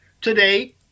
Today